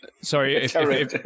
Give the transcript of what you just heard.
sorry